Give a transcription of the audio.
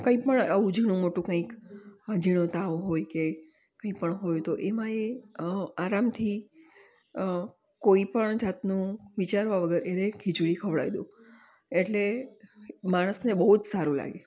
કઈ પણ આવું ઝીણું મોટું કંઈક ઝીણો તાવ હોય કે કઈ પણ હોય તો એમાં એ આરામથી કોઈપણ જાતનું વિચારવા વગર એણે ખીચડી ખવરાવી દો એટલે માણસને બહુ જ સારું લાગે